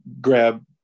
grab